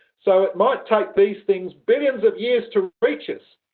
so it might take these things billions of years to reach us,